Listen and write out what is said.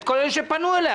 את כל אלה שפנו אליי.